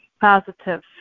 positive